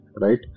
right